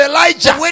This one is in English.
Elijah